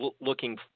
looking